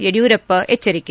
ಯಡಿಯೂರಪ್ಪ ಎಚ್ಚರಿಕೆ